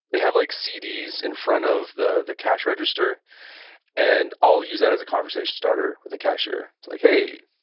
they have like cd's in front of the the cash register and i'll use that as a conversation starter with a cashier like hey,